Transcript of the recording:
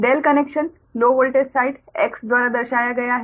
∆ connection low voltage side 'X' द्वारा दर्शाया गया है